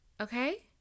Okay